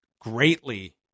greatly